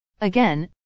Again